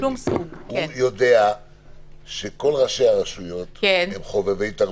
הוא יודע שכל ראשי הרשויות הם חובבי תרבות.